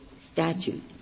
statute